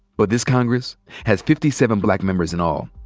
but this congress has fifty seven black members in all,